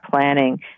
planning